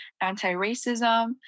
anti-racism